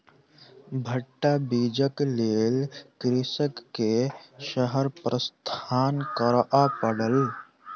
भट्टा बीजक लेल कृषक के शहर प्रस्थान करअ पड़ल